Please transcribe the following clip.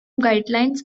guidelines